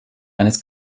eines